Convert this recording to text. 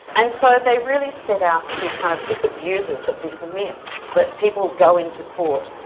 and so they really set out to kind of disabuse us of this myth that people go into court,